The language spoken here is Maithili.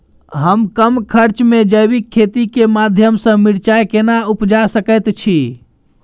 हम कम खर्च में जैविक खेती के माध्यम से मिर्चाय केना उपजा सकेत छी?